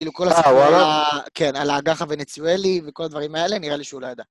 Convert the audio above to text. כאילו כל הספר, כן, על האג"ח הווניצואלי וכל הדברים האלה, נראה לי שהוא לא ידע.